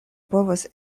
povos